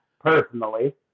personally